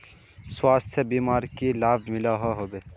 स्वास्थ्य बीमार की की लाभ मिलोहो होबे?